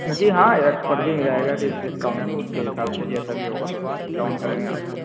جی ہاں ایک پر بھی مل جائے گا ڈسکاؤنٹ تو اس کے حساب سے جیسا بھی ہوگا ڈسکاؤنٹ کریں گے آپ کو